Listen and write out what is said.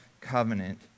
covenant